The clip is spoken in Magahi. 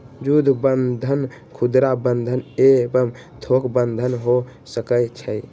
जुद्ध बन्धन खुदरा बंधन एवं थोक बन्धन हो सकइ छइ